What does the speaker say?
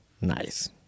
Nice